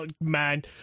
man